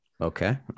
Okay